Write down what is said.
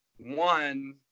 One